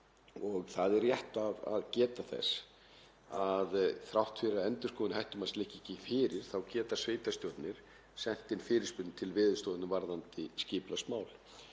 Það er rétt að geta þess að þrátt fyrir að endurskoðun hættumats liggi ekki fyrir þá geta sveitarstjórnir sent inn fyrirspurn til Veðurstofunnar varðandi skipulagsmál